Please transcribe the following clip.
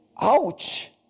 Ouch